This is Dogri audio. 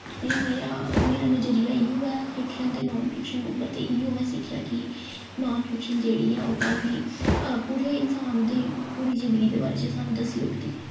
ते मेरा मेरा नज़रिया इ'यो ऐ फिक्शन ते नॉन फिक्शन उप्पर ते इयो में सिक्खेआ कि नॉन फिक्शन च जेह्ड़ी ऐ ओह् काफी पूरे इंसान दी पूरी जिन्दगी दे बारे च सानूं दस्सी ओड़दी ऐ